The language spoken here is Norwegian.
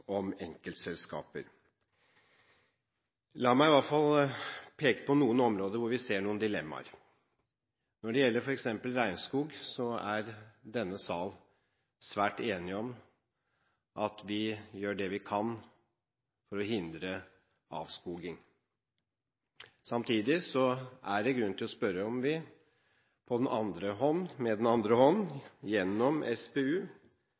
om enkeltselskaper. La meg i hvert fall peke på noen områder hvor vi ser noen dilemmaer. Når det gjelder f.eks. regnskog, er denne sal svært enig om å gjøre det vi kan for å hindre avskoging. Samtidig er det grunn til å spørre om vi med den andre hånd gjennom SPU er med på å investere i selskaper som motvirker den